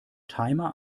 timer